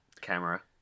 camera